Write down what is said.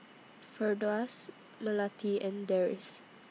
Firdaus Melati and Deris